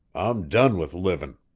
i'm done with livin'.